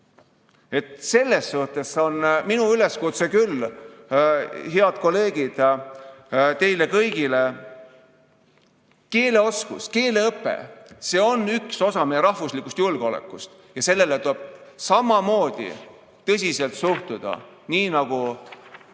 Selles suhtes on minu üleskutse küll, head kolleegid, teile kõigile. Keeleoskus, keeleõpe –see on üks osa meie rahvuslikust julgeolekust ja sellesse tuleb samamoodi tõsiselt suhtuda nagu